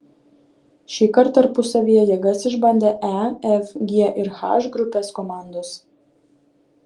šįkart tarpusavyje jėgas išbandė e f g ir h grupės komandos